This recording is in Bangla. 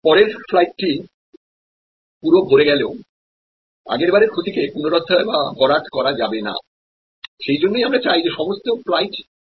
পরের ফ্লাইটটিপুরো ভরে গেলেও আগেরবারের ক্ষতিকে পুনরুদ্ধার বা ভরাট করা যাবে না সেই জন্যই আমরা চাই যে সমস্ত ফ্লাইট পুরো ভরে যাক